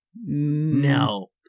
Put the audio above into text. No